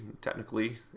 technically